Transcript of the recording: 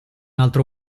altro